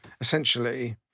essentially